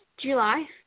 July